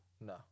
No